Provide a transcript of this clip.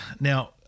Now